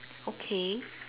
okay